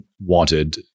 wanted